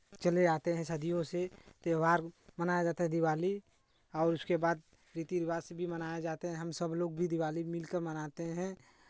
चले आते हैं सदियों से त्यौहार मनाया जाता है दिवाली और उसके बाद रीति रिवाज से भी मनाये जाते हैं हम सब लोग भी दिवाली मिलकर मनाते हैं